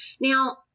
Now